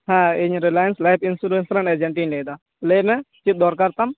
ᱦᱟᱸ ᱤᱧ Reliance life insurance ᱨᱮᱱ ᱮᱡᱮᱱᱴ ᱤᱧ ᱞᱟ ᱭᱮᱫᱟ ᱞᱟᱹᱭ ᱢᱮ ᱪᱮᱫ ᱫᱚᱨᱠᱟᱨ ᱛᱟᱢ